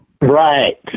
Right